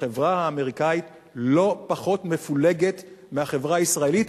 החברה האמריקנית לא פחות מפולגת מהחברה הישראלית,